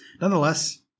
Nonetheless